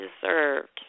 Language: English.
deserved